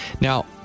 Now